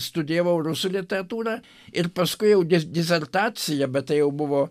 studijavau rusų literatūrą ir paskui jau dis disertaciją bet tai jau buvo